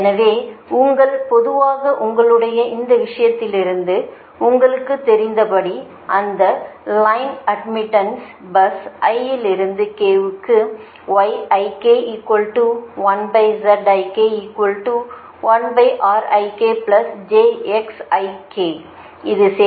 எனவே பொதுவாக உங்களுடைய இந்த விஷயத்திலிருந்து உங்களுக்குத் தெரிந்தபடி அந்த லைன் அட்மிட்டன்ஸ் பஸ் i லிருந்து k க்கு இது சேர்க்கை